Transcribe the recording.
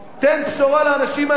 תן בשורה לאנשים האלה.